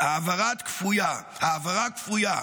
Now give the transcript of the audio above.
"העברה כפויה,